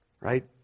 right